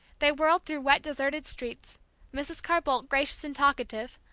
they whirled through wet deserted streets mrs. carr-boldt gracious and talkative,